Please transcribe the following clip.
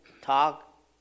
talk